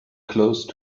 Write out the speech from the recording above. close